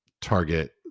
target